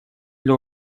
для